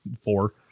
four